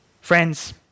friends